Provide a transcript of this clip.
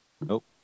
Nope